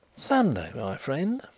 some day, my friend,